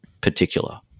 particular